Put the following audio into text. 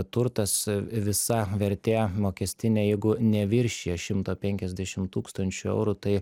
turtas visa vertė mokestinė jeigu neviršija šimto penkiasdešim tūkstančių eurų tai